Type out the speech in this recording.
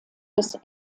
des